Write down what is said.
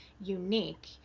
unique